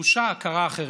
דרושה הכרה אחרת,